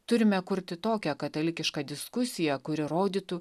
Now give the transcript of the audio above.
turime kurti tokią katalikišką diskusiją kuri rodytų